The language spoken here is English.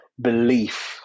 belief